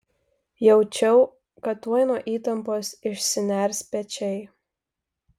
jaučiau kad tuoj nuo įtampos išsiners pečiai